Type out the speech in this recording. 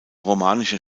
romanische